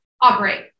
operate